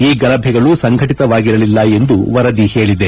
ಈ ಗಲಭೆಗಳು ಸಂಘಟತವಾಗಿರಲಿಲ್ಲ ಎಂದು ವರದಿ ಹೇಳಿದೆ